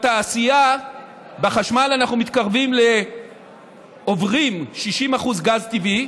בחשמל אנחנו עוברים 60% גז טבעי.